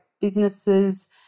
businesses